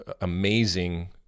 amazing